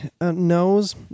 knows